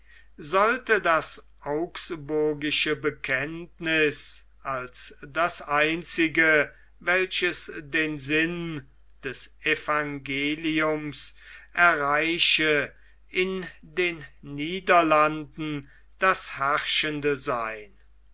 sollte das augsburgische bekenntniß als das einzige welches den sinn des evangeliums erreiche in den niederlanden das herrschende sein